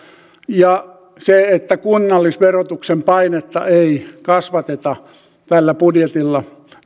ja se että kunnallisverotuksen painetta ei kasvateta tällä budjetilla